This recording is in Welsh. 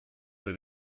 oedd